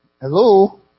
Hello